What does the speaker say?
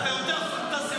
אה, אתה יותר פנטזיונר.